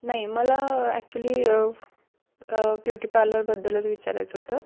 नाही मला actually beauty पार्लरबद्दलच विचारायचं होतं